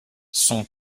son